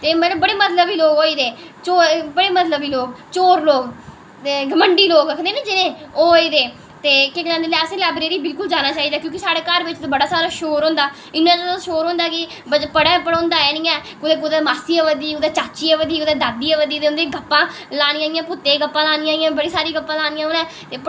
ते मड़ो बड़े मतलबी लोग होई गेदे बड़े मतलब लोग झूठ लोग ते घमंडी लोग आक्खदे न जिनेंगी ते ओह् होई गेदे ते असेंगी लाईब्रेरी बिलकुल जाना चाहिदा क्योंकि साढ़े घर बिच ते बड़ा सारा शोर होंदा इन्ना जादा शोर होंदा की बच्चें पढ़ोंदा निं ऐ कुदै चाचा आवा दी कुदै मौसी आवा दी कुदै दादी आवा दी गप्पां लानियां खाल्ली कुत्ते दियां गप्पां लानियां उनें बड़ियां सारियां गप्पां लानियां उनें